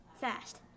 fast